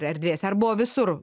erdvėse ar buvo visur